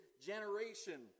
generation